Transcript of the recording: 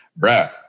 bruh